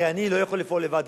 הרי אני לא יכול לפעול לבד.